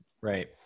Right